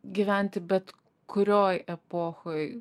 gyventi bet kurioj epochoj